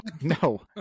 No